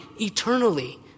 eternally